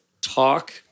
talk